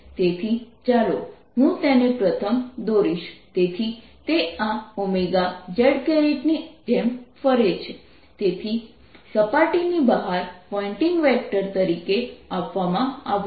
તેથી ચાલો હું તેને પ્રથમ દોરીશ તેથી તે આ zની જેમ ફરે છે તેથી સપાટીની બહાર પોઇન્ટિંગ વેક્ટર તરીકે આપવામાં આવ્યું છે